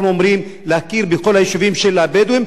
אנחנו אומרים: להכיר בכל היישובים של הבדואים,